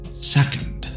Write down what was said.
Second